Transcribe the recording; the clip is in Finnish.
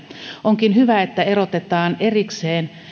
onkin hyvä että erotetaan erikseen